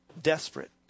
desperate